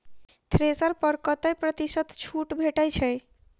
Thresher पर कतै प्रतिशत छूट भेटय छै?